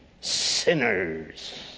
sinners